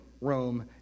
Rome